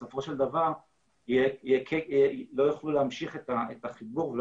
בסופו של דבר לא יוכלו להמשיך את החיבור ולא